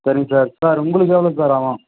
சரிங்க sir sir உங்களுக்கு எவ்வளோ சார் ஆகும்